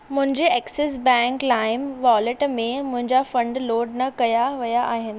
मुंहिंजे Axis Bank lime वॉलेटु में मुंहिंजा फंड लोडु न कया वया आहिनि